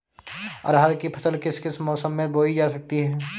अरहर की फसल किस किस मौसम में बोई जा सकती है?